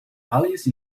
alice